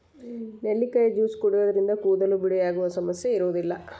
ನೆಲ್ಲಿಕಾಯಿ ಜ್ಯೂಸ್ ಕುಡಿಯೋದ್ರಿಂದ ಕೂದಲು ಬಿಳಿಯಾಗುವ ಸಮಸ್ಯೆ ಇರೋದಿಲ್ಲ